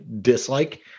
dislike